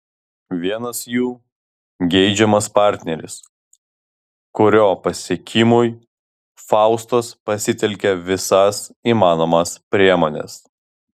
vienas jų geidžiamas partneris kurio pasiekimui faustos pasitelkia visas įmanomas priemones